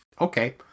Okay